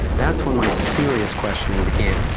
that's when my serious questioning began.